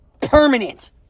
permanent